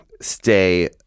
stay